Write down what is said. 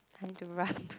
I need to run